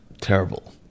terrible